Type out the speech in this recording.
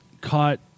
caught